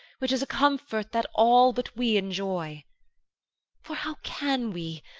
which is a comfort that all but we enjoy for how can we,